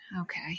Okay